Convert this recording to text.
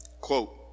quote